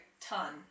ton